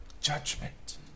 Judgment